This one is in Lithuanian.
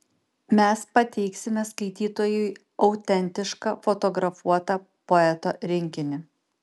mes pateiksime skaitytojui autentišką fotografuotą poeto rinkinį